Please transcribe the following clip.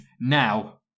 now